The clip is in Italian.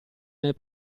nel